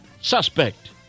suspect